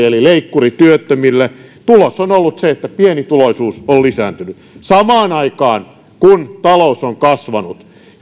eli leikkuri työttömille tulos on ollut se että pienituloisuus on lisääntynyt samaan aikaan kun talous on kasvanut